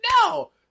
No